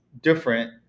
different